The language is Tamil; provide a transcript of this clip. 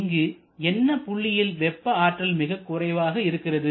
இங்கு என்ன புள்ளியில் வெப்ப ஆற்றல் மிக குறைவாக இருக்கிறது